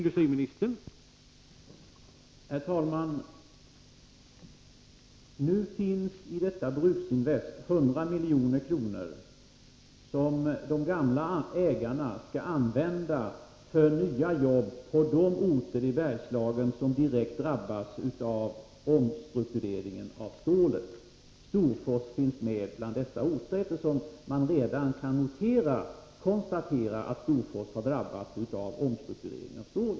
Herr talman! Nu finns i detta Bruksinvest 100 milj.kr., som de gamla ägarna skall använda för att få fram jobb på de orter i Bergslagen som direkt drabbas av omstrukturering av stålindustrin. Storfors finns med bland dessa orter, eftersom man redan kan konstatera att Storfors har drabbats av denna omstrukturering.